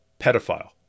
pedophile